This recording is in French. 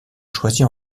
choisies